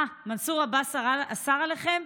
אה, מנסור עבאס אסר עליכם?